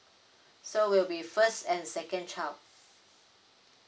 so will be first and second child